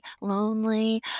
lonely